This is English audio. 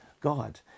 God